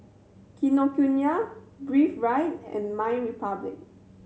Kinokuniya Breathe Right and MyRepublic